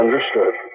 Understood